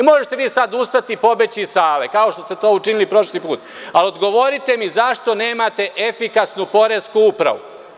Možete vi sada ustati i pobeći iz sale, kao što ste to učinili prošli put, a odgovorite mi zašto nemate efikasnu poresku upravu?